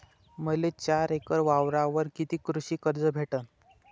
मले चार एकर वावरावर कितीक कृषी कर्ज भेटन?